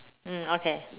mm okay